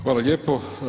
Hvala lijepo.